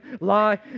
Lie